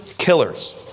killers